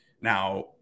Now